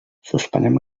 suspenem